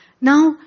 Now